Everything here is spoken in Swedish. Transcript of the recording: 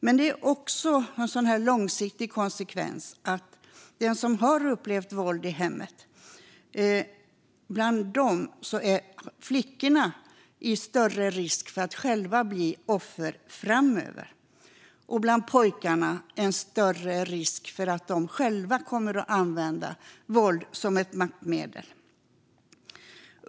Men det är också en långsiktig konsekvens att bland dem som har upplevt våld i hemmet har flickorna större risk att själva bli offer framöver och pojkarna en större risk att själva använda våld som ett maktmedel.